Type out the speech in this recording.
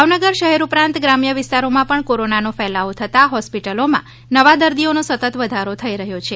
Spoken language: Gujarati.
ભાવનગર શહેર ઉપરાંત ગ્રામ્ય વિસ્તારોમાં પણ કોરોનાનો ફેલાવો થતાં હોસ્પિટલમાં નવા દર્દીઓનો સતત વધારો થઈ રહ્યો છે